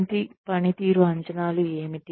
ప్రతి పనితీరు అంచనాలు ఏమిటి